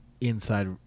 Inside